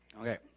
Okay